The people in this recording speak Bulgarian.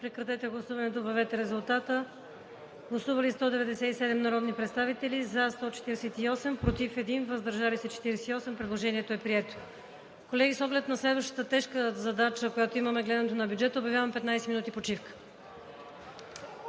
внесен от Министерския съвет. Гласували 197 народни представители: за 148, против 1, въздържали се 48. Предложението е прието. Колеги, с оглед на следващата тежка задача, която имаме – гледането на бюджета, обявявам 15 минути почивка.